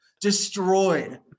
Destroyed